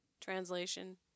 translation